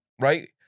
Right